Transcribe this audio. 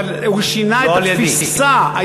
אבל הוא שינה את התפיסה.